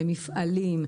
למפעלים,